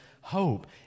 hope